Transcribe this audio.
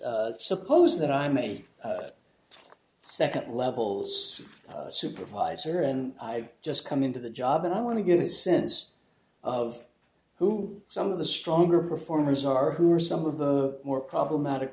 purpose suppose that i'm a second levels supervisor and i've just come into the job and i want to get a sense of who some of the stronger performers are who are some of the more problematic